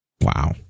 Wow